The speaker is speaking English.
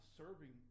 serving